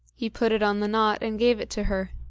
he put it on the knot and gave it to her.